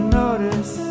notice